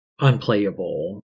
unplayable